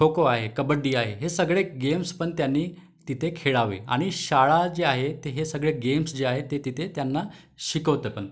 खोखो आहे कबड्डी आहे हे सगळे गेम्स पण त्यांनी तिथे खेळावे आणि शाळा जे आहे ते हे सगळे गेम्स जे आहे ते तिथं त्यांना शिकवतं पण